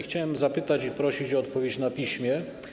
Chciałem zapytać i prosić o odpowiedź na piśmie.